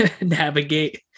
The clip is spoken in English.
navigate